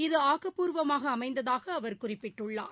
இது ஆக்சுப்பூர்வமாகஅமைந்ததாகஅவா் குறிப்பிட்டுள்ளார்